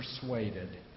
persuaded